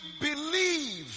believe